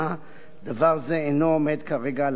דבר זה אינו עומד כרגע על הפרק,